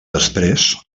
després